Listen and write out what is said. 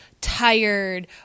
tired